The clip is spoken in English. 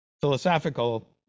philosophical